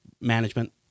management